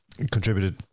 Contributed